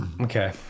okay